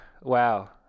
wow